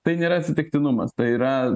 tai nėra atsitiktinumas tai yra